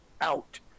out